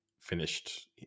finished